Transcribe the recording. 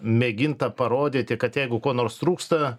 mėginta parodyti kad jeigu ko nors trūksta